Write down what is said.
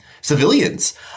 civilians